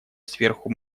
сверху